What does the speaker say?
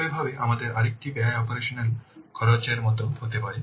একইভাবে আমাদের আরেকটি ব্যয় অপারেশনাল খরচের মতো হতে পারে